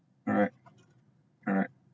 correct correct